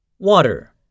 Water